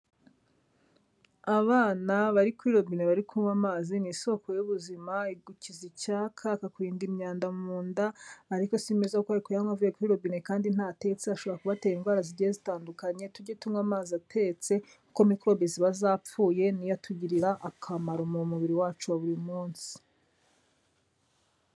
Abana bari kuri robine bari kunywa amazi, ni isoko y'ubuzima, igukiza icyaka, ikakurinda imyanda mu nda, ariko si meza kuko bari kuyanywa avuye kuri robine kandi ntatetse, ashobora kubatera indwara zigiye zitandukanye, tujye tunywa amazi atetse kuko mikorobe ziba zapfuye, ni yo atugirira akamaro mu mubiri wacu wa buri munsi.